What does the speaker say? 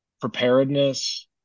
preparedness